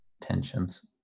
tensions